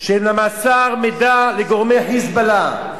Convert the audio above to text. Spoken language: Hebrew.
שמסר מידע לגורמי "חיזבאללה";